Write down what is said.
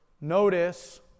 Notice